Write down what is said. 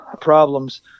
problems